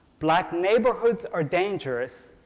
black neighborhoods are dangerous,